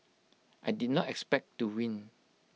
I did not expect to win